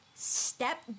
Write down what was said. Step